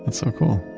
and so cool.